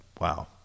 wow